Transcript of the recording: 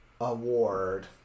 award